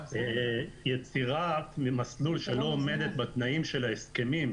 יצירת מסלול שלא עומד בתנאים של ההסכמים,